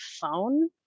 phone